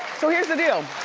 so here's the deal.